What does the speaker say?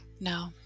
No